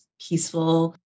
peaceful